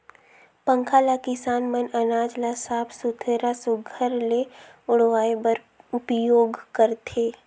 पंखा ल किसान मन अनाज ल साफ सुथरा सुग्घर ले उड़वाए बर उपियोग करथे